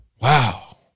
Wow